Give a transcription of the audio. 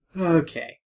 Okay